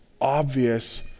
obvious